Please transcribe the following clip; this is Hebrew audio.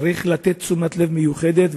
צריך לתת תשומת לב מיוחדת.